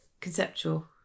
Conceptual